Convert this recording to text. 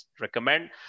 recommend